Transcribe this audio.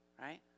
right